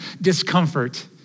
discomfort